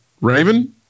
Raven